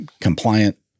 compliant